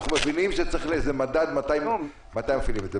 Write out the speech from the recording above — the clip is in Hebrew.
אנחנו מבינים שצריך איזה מדד מתי מפעילים את זה.